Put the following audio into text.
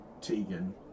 Tegan